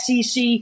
SEC